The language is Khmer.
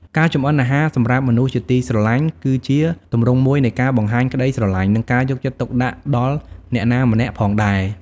ការចម្អិនអាហារសម្រាប់មនុស្សជាទីស្រឡាញ់គឺជាទម្រង់មួយនៃការបង្ហាញក្ដីស្រឡាញ់ និងការយកចិត្តទុកដាក់ដល់អ្នកណាម្នាក់ផងដែរ ។